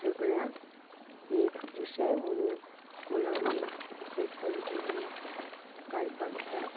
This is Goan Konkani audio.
सगळ्यांक एक विशय म्हणून स्कुलांनी तशेंच कॉलेजीनी घालपाक जाय